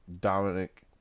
Dominic